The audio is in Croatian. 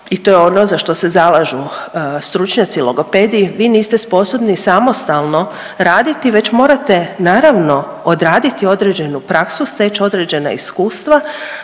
i to ono za što se zalažu stručnjaci logopedi vi niste sposobni samostalno raditi već morate naravno odraditi određenu praksu, steć određena iskustva,